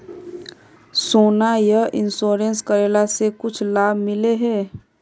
सोना यह इंश्योरेंस करेला से कुछ लाभ मिले है?